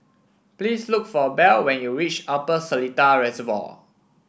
please look for Bell when you reach Upper Seletar Reservoir